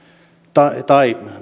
tai paperiteollisuudesta tai